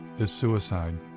is suicide.